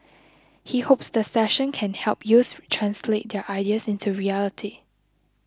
he hopes the session can help youths translate their ideas into reality